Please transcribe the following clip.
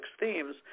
themes